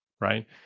right